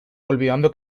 olvidando